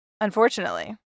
unfortunately